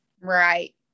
right